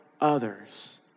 others